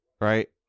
right